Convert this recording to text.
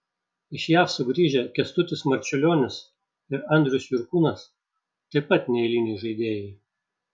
iš jav sugrįžę kęstutis marčiulionis ir andrius jurkūnas taip pat neeiliniai žaidėjai